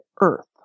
Earth